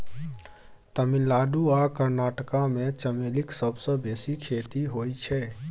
तमिलनाडु आ कर्नाटक मे चमेलीक सबसँ बेसी खेती होइ छै